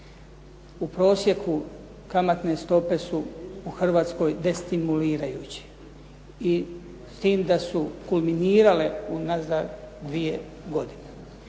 U prosjeku kamatne stope su u Hrvatskoj destimulirajuće i s tim da su kulminirale unazad dvije godine,